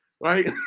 right